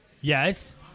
Yes